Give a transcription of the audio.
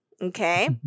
Okay